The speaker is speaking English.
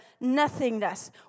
nothingness